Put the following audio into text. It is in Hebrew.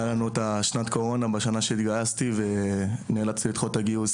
הייתה קורונה כשהתגייסתי ונאלצתי לדחות את הגיוס